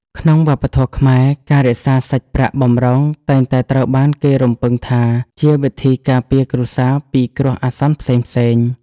ក្នុងវប្បធម៌ខ្មែរ ការរក្សាសាច់ប្រាក់បម្រុងតែងតែត្រូវបានគេរំពឹងថាជាវិធីការពារគ្រួសារពីគ្រោះអាសន្នផ្សេងៗ។